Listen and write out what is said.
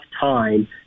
time